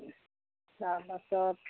তাৰপাছত